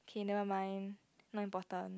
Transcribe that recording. okay never mind not important